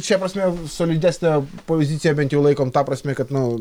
šia prasme solidesnę poziciją bent jau laikom ta prasme kad nu